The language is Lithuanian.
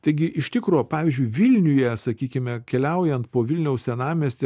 taigi iš tikro pavyzdžiui vilniuje sakykime keliaujant po vilniaus senamiestį